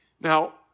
Now